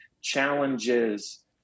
challenges